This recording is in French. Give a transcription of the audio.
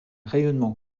rayonnement